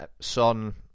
Son